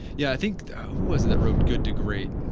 yeah i think who was that wrote good to great,